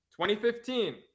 2015